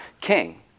King